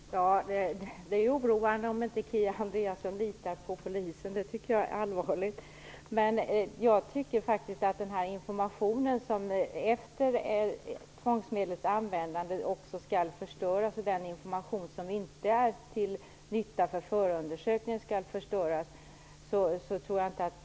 Fru talman! Det är oroande om Kia Andreasson inte litar på polisen. Det tycker jag är allvarligt. Den information som efter tvångsmedlets användande inte är till nytta för förundersökningen skall förstöras.